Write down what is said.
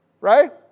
Right